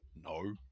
No